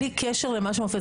בלי קשר למה שמופיע.